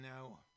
now